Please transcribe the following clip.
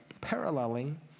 paralleling